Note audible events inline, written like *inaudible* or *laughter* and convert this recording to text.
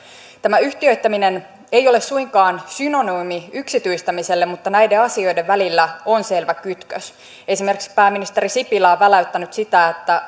tämä yhtiöittäminen ei ole suinkaan synonyymi yksityistämiselle mutta näiden asioiden välillä on selvä kytkös esimerkiksi pääministeri sipilä on väläyttänyt sitä että *unintelligible*